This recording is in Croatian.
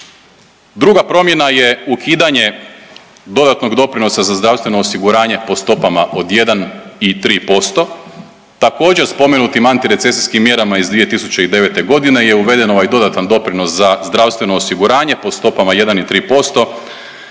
Druga promjena je ukidanje dodatnog doprinosa za zdravstveno osiguranje po stopama od 1 i 3%. Također spomenutim antirecesijskim mjerama iz 2009. godine je uveden ovaj dodatan doprinos za zdravstveno osiguranje po stopama 1 i 3%